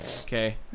Okay